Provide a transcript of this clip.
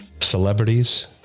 Celebrities